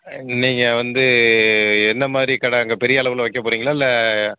நீங்கள் வந்து என்ன மாதிரி கடை அங்கே பெரிய அளவில் வைக்க போகிறீங்களா இல்லை